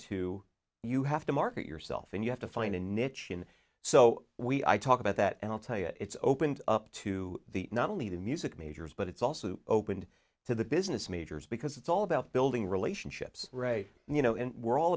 to you have to market yourself and you have to find a niche so we i talk about that and i'll tell you it's opened up to the not only the music majors but it's also opened to the business majors because it's all about building relationships right you know and we're all